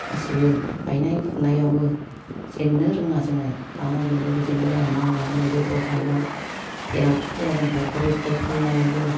गासिबो गायनाय फुनायावबो जेननो रोङा जोङो दानाय लुनायावबो जेननो रोङा ना लायनाय बेदर लायनाय जेरावखि जाया जों फाइखारिफोर खालामनायावबो